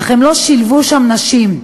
אך הם לא שילבו שם נשים.